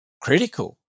critical